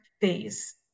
phase